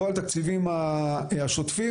על התקציבים הרגילים,